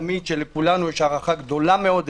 שלכולנו יש הערכה גדולה מאוד אליו,